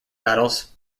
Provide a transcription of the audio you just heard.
battles